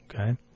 Okay